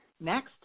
next